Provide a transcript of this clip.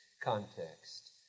context